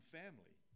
family